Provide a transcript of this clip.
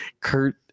Kurt